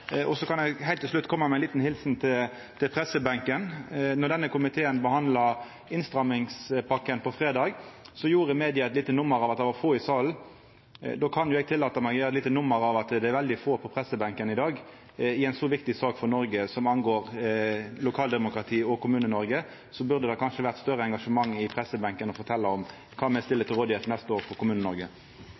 Så vil eg heilt til slutt koma med ei lita helsing til pressebenken. Då denne komiteen behandla innstrammingspakken på fredag, gjorde media eit lite nummer av at det var få i salen. Då kan jo eg tillate meg å gjera eit lite nummer av at det er veldig få på pressebenken i dag. I ei så viktig sak for Noreg, som angår lokaldemokratiet og Kommune-Noreg, burde det kanskje vore større engasjement på pressebenken for å fortelja om kva me stiller til rådvelde for Kommune-Noreg neste år.